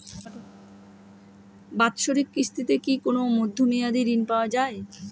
বাৎসরিক কিস্তিতে কি কোন মধ্যমেয়াদি ঋণ পাওয়া যায়?